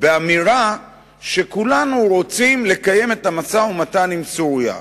באמירה שכולנו רוצים לקיים את המשא-ומתן עם סוריה.